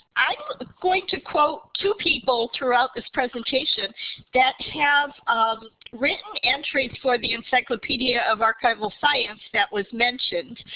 i'm going to quote two people throughout this presentation that have um written entries for the encyclopedia of archival science that was mentioned.